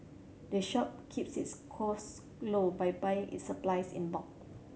the shop keeps its cost low by buying its supplies in bulk